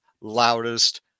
loudest